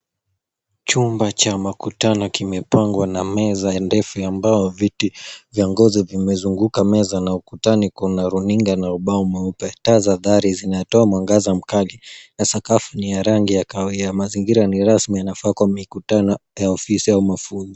Chumba cha makutano kimepangwa na meza ndefu ya mbao viti vya ngozi vimezunguka meza na ukutani kuna runinga na ubao mweupe. Taa za dari zinatoa mwangaza mkali na sakafu ni ya rangi ya kahawia. Mazingira ni rasmi, yanafaa kwa mikutano ya ofisi ya mafunzo.